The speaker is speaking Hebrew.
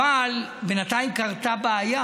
אבל בינתיים קרתה בעיה,